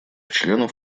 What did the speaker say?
членов